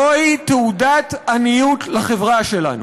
זוהי תעודת עניות לחברה שלנו,